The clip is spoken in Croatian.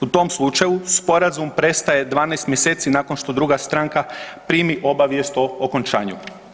U tom slučaju Sporazum prestaje 12 mjeseci nakon što druga stranka primi obavijest o okončanju.